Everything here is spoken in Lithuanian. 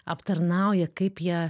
aptarnauja kaip jie